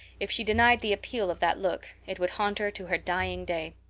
if she denied the appeal of that look, it would haunt her to her dying day.